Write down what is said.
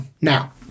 Now